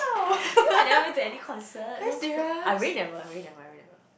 you know I've never been to any concert so sad I really never I really never I really never